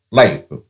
life